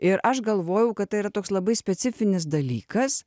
ir aš galvojau kad tai yra toks labai specifinis dalykas